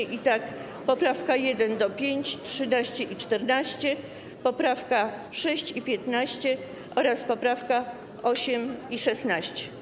Chodzi o poprawki 1. do 5., 13. i 14., poprawki 6. i 15. oraz poprawki 8. i 16.